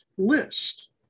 List